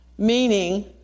Meaning